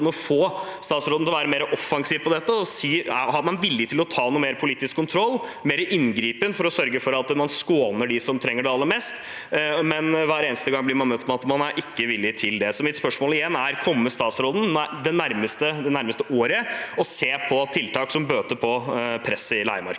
å få han til å være mer offensiv på dette og si om han er villig til å ta noe mer politisk kontroll, ha mer inngripen, for å sørge for at man skåner de som trenger det aller mest. Men hver eneste gang blir jeg møtt med at man ikke er villig til det. Så mitt spørsmål er igjen: Kommer statsråden det nærmeste året til å se på tiltak som bøter på presset i leiemarkedet?